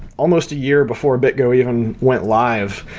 almost a year before a bitgo even went live.